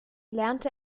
lernte